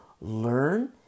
learn